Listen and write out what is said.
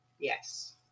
Yes